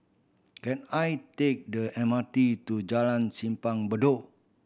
can I take the M R T to Jalan Simpang Bedok